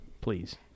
please